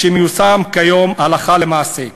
שמיושם כיום הלכה למעשה.